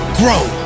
grow